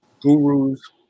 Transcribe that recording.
gurus